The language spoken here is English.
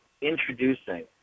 introducing